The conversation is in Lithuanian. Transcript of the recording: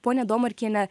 ponia domarkiene